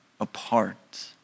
apart